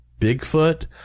Bigfoot